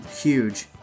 huge